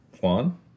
one